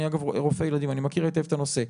אני, אגב, רופא ילדים, אני מכיר היטב את הנושא.